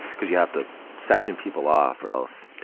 cause you have to section people off or else.